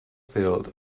field